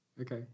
Okay